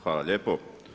Hvala lijepo.